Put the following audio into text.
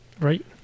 Right